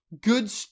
good